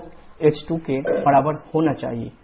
तो h2 के बराबर होना चाहिए h2hg